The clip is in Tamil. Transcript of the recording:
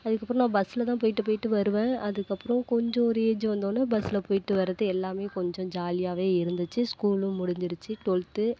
அதுக்கப்புறோம் நான் பஸ்ஸில் தான் போயிவிட்டு போயிவிட்டு வருவேன் அதுக்கப்புறோம் கொஞ்சம் ஒரு ஏஜ் வந்தோன்ன பஸ்ஸில் போயிவிட்டு வரது எல்லாமே கொஞ்சம் ஜாலியாகவே இருந்துச்சு ஸ்கூலும் முடிஞ்சிடுச்சு டுவெல்த்து